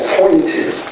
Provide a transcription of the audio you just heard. pointed